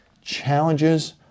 challenges